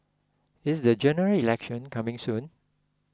is the General Election coming soon